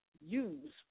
use